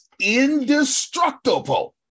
indestructible